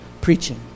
preaching